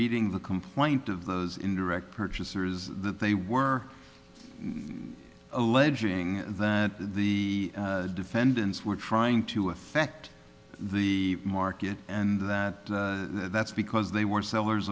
reading the complaint of those indirect purchasers that they were alleging that the defendants were trying to affect the market and that that's because they were sellers